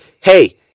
hey